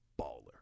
baller